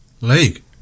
League